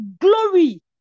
glory